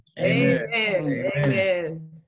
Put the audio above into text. amen